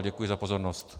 Děkuji za pozornost.